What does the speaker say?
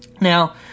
Now